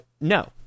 No